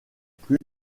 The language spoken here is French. plus